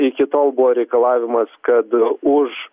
iki tol buvo reikalavimas kad už